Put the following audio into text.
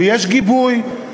ויש גיבוי,